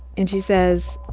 and she says,